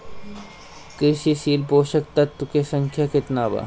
क्रियाशील पोषक तत्व के संख्या कितना बा?